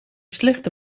slechte